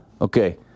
Okay